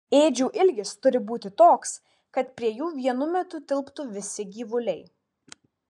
ėdžių ilgis turi būti toks kad prie jų vienu metu tilptų visi gyvuliai